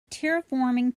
terraforming